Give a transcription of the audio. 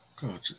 gotcha